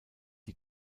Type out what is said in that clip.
die